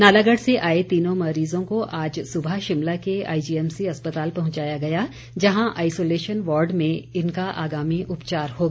नालागढ़ से आए तीनों मरीज़ों को आज सुबह शिमला के आईजीएमसी अस्पताल पहुंचाया गया जहां आइसोलेशन वॉर्ड में इनका आगामी उपचार होगा